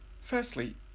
Firstly